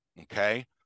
okay